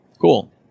Cool